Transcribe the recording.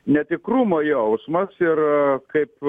netikrumo jausmas ir kaip